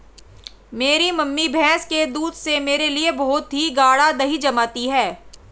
मेरी मम्मी भैंस के दूध से मेरे लिए बहुत ही गाड़ा दही जमाती है